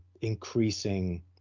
increasing